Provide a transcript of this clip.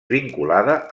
vinculada